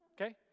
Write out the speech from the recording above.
okay